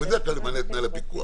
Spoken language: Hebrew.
הוא בדרך כלל מנהל את מנהל הפיקוח,